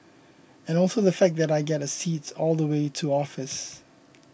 and also the fact that I get a seat all the way to office